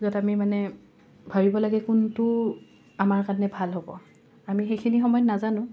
য'ত আমি মানে ভাবিব লাগে কোনটো আমাৰ কাৰণে ভাল হ'ব আমি সেইখিনি সময়ত নাজানো